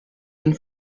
and